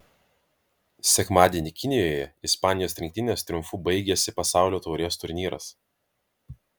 sekmadienį kinijoje ispanijos rinktinės triumfu baigėsi pasaulio taurės turnyras